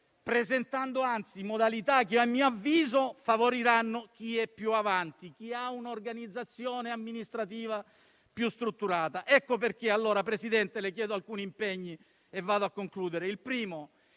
presentando, anzi, modalità che, a mio avviso, favoriranno chi è più avanti, chi ha un'organizzazione amministrativa più strutturata. Ecco perché, allora, Presidente, le chiedo alcuni impegni, e vado a concludere.